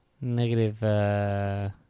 Negative